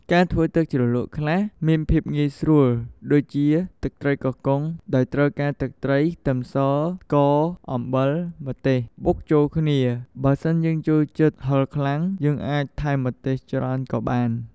ការធ្វើទឹកជ្រលក់ខ្លះមានភាពងាយស្រួលដូចជា ទឹកត្រីកោះកុង ដោយត្រូវការទឹកត្រី ខ្ទឹមស ស្ករ អំបិល ម្ទេស បុកចូលគ្នា បើសិនយើងចូលចិត្តហិលខ្លាំង យើងអាចថែមម្ទេសច្រើនក៏បាន។